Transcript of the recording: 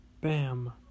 Bam